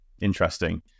Interesting